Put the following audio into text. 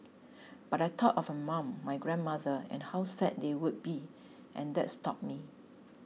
but I thought of my mum my grandmother and how sad they would be and that stopped me